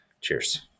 Cheers